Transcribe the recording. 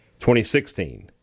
2016